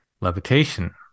levitation